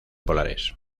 polares